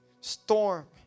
storm